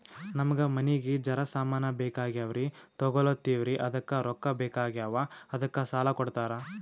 ನಮಗ ಮನಿಗಿ ಜರ ಸಾಮಾನ ಬೇಕಾಗ್ಯಾವ್ರೀ ತೊಗೊಲತ್ತೀವ್ರಿ ಅದಕ್ಕ ರೊಕ್ಕ ಬೆಕಾಗ್ಯಾವ ಅದಕ್ಕ ಸಾಲ ಕೊಡ್ತಾರ?